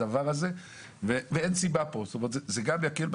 זה גם יקל,